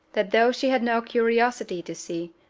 that though she had no curiosity to see,